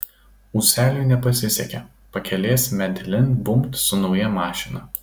ūseliui nepasisekė pakelės medelin bumbt su nauja mašina